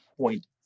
point